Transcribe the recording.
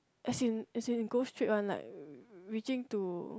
as in as in it go straight one like reaching to